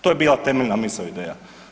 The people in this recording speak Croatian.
To je bila temeljna misao i ideja.